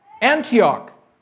Antioch